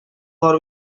алар